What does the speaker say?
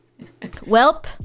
Welp